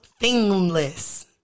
thingless